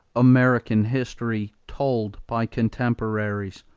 american history told by contemporaries,